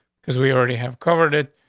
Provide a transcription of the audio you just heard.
cause we already have covered it.